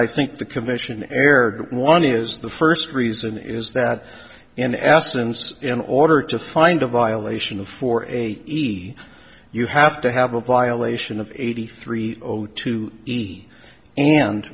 i think the commission erred one is the first reason is that in essence in order to find a violation of for a e you have to have a violation of eighty three zero two e and